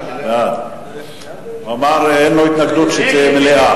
הוא אמר: אין לו התנגדות שיהיה דיון במליאה.